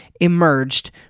emerged